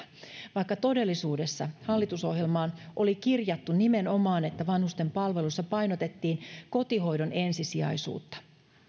vaikka todellisuudessa hallitusohjelmaan oli kirjattu nimenomaan että vanhusten palveluissa painotettiin kotihoidon ensisijaisuutta